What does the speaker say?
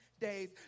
days